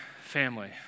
family